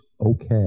okay